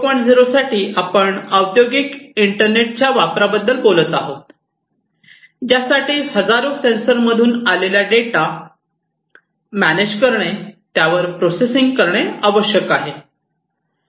0 साठी आपण औद्योगिक इंटरनेटच्या वापराबद्दल बोलत आहोत ज्यासाठी हजारो सेन्सरमधून आलेल्या डेटा साठी डेटा मॅनेज करणे आणि त्यावर प्रोसेसिंग करणे आवश्यक आहे